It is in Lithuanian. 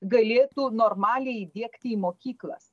galėtų normaliai įdiegti į mokyklas